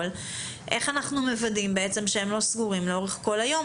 איך אנחנו מוודאים שהן לא סגורות לאורך כל היום?